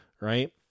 right